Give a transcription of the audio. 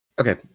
Okay